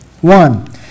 One